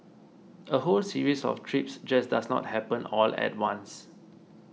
a whole series of trips just does not happen all at once